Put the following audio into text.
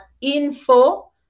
info